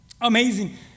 amazing